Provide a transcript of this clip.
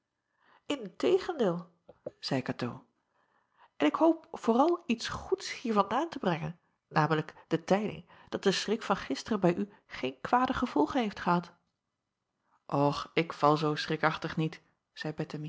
n tegendeel zeî atoo en ik hoop vooral iets goeds hier vandaan te brengen namelijk de tijding dat de schrik van gisteren bij u geen kwade gevolgen heeft gehad ch ik val zoo schrikachtig niet zeî